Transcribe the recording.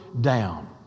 down